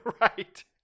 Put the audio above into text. Right